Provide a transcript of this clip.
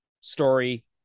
story